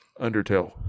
Undertale